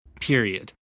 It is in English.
Period